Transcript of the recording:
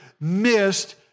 missed